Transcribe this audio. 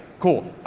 cool.